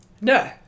No